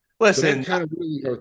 Listen